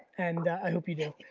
and i hope you do.